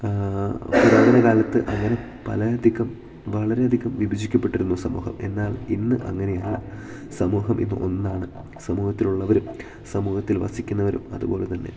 പുരാധനകാലത്ത് അങ്ങനെ പല അധികം വളരെയധികം വിഭജിക്കപ്പെട്ടിരുന്നു സമൂഹം എന്നാൽ ഇന്ന് അങ്ങനെയല്ല സമൂഹം ഇന്ന് ഒന്നാണ് സമൂഹത്തിലുള്ളവരും സമൂഹത്തിൽ വസിക്കുന്നവരും അതുപോലെത്തന്നെ